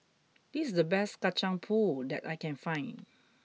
this is the best kacang pool that I can find